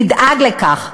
נדאג לכך.